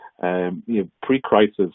Pre-crisis